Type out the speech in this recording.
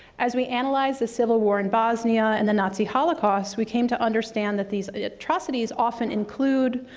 as we analyzed the civil war in bosnia and the nazi holocaust, we came to understand that these atrocities often include,